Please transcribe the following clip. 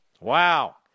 Wow